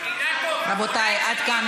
אילטוב, רבותיי, עד כאן.